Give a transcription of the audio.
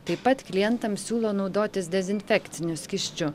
taip pat klientams siūlo naudotis dezinfekciniu skysčiu